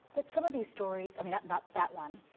but some of these stories, i mean not that one,